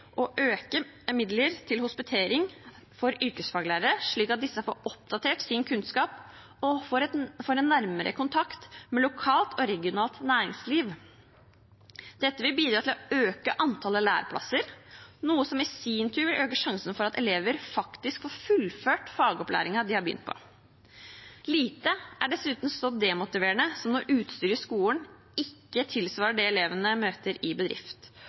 midler til hospitering for yrkesfaglærere, slik at disse får oppdatert sin kunnskap og får en nærmere kontakt med lokalt og regionalt næringsliv. Dette vil bidra til å øke antallet læreplasser, noe som i sin tur øker sjansene for at elever faktisk får fullført fagopplæringen de har begynt på. Lite er dessuten så demotiverende som når utstyret i skolen ikke tilsvarer det elevene møter i bedrift,